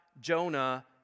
Jonah